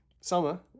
summer